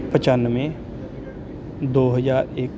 ਪਚਾਨਵੇਂ ਦੋ ਹਜ਼ਾਰ ਇੱਕ